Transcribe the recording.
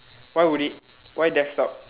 why would it why desktop